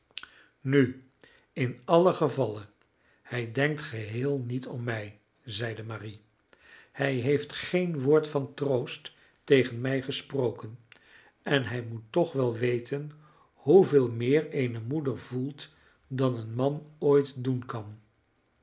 nu in allen gevalle hij denkt geheel niet om mij zeide marie hij heeft geen woord van troost tegen mij gesproken en hij moet toch wel weten hoeveel meer eene moeder voelt dan een man ooit doen kan